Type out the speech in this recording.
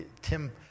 Tim